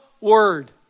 word